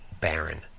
Baron